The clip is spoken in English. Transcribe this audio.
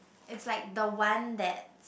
it's like the one that's